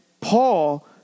Paul